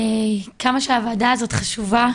כמה שהוועדה הזאת חשובה,